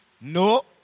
No